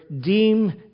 deem